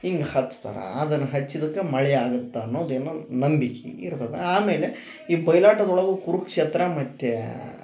ಹಿಂಗೆ ಹಚ್ತಾರ ಅದನ್ನ ಹಚ್ಚಿದಕ್ಕ ಮಳೆ ಆಗತ್ತ ಅನ್ನುದೇನು ನಂಬಿಕೆ ಇರ್ತದ ಆಮೇಲೆ ಈ ಬಯಲಾಟದೊಳಗು ಕುರುಕ್ಷೇತ್ರ ಮತ್ತು